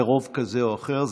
לרוב כזה או אחר.